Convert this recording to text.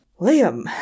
Liam